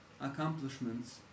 accomplishments